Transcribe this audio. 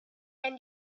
and